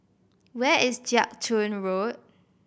where is Jiak Chuan Road